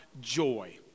joy